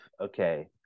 okay